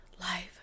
life